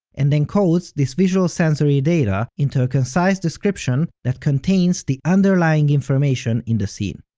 and encodes this visual sensory data into a concise description that contains the underlying information in the scene.